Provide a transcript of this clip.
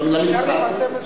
למשרד?